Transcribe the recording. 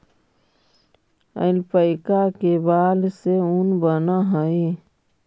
alpaca के बाल से ऊन बनऽ हई